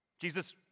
Jesus